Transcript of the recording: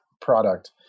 product